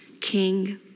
King